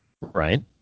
right